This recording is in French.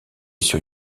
sur